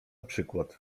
przykład